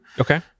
Okay